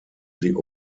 sie